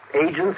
Agents